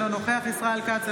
אינו נוכח ישראל כץ,